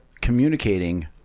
communicating